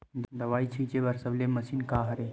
दवाई छिंचे बर सबले मशीन का हरे?